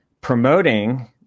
promoting